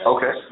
Okay